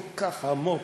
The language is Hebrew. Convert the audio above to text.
כל כך עמוק,